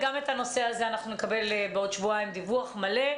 גם על הנושא הזה נקבל בעוד שבועיים דיווח מלא.